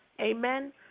Amen